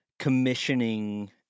Commissioning